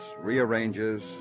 rearranges